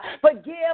Forgive